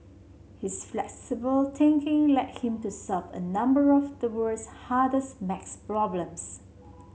his flexible thinking led him to solve a number of the world's hardest maths problems